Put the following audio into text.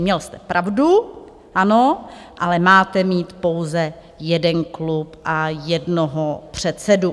Měl jste pravdu, ano, ale máte mít pouze jeden klub a jednoho předsedu.